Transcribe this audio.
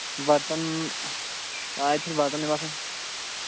برتن آز چھِنہٕ برتن مےٚ باسان